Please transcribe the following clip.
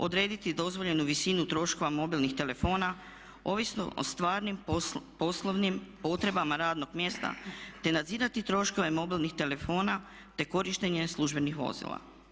Odrediti dozvoljenu visinu troškova mobilnih telefona ovisno o stvarnim poslovnim potrebama radnog mjesta te nadzirati troškove mobilnih telefona te korištenje službenih vozila.